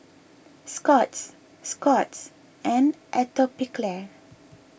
Scott's Scott's and Atopiclair